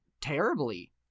terribly